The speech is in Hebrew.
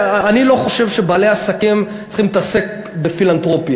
אני לא חושב שבעלי עסקים צריכים להתעסק בפילנתרופיה,